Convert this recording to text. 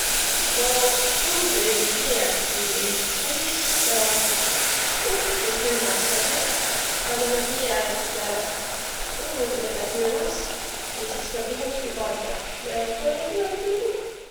Ma tuud ei tiiäki, kuis taa õhku külmäs tege, agaq ma tiiä, et õhu tä tege külmäs ja sis tä puhus tuu tarrõ. Ja tarrõ tulõgi külm õhk.